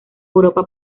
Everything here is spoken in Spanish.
europa